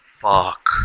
fuck